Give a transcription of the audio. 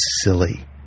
silly